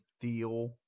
deal